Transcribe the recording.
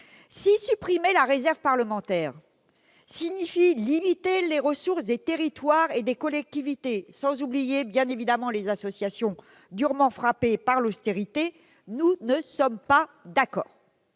la suppression de la réserve parlementaire signifie la limitation des ressources des territoires et des collectivités, sans oublier les associations durement frappées par l'austérité, nous ne sommes pas d'accord.